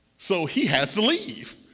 so he has to leave.